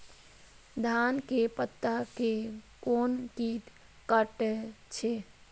धान के पत्ता के कोन कीट कटे छे?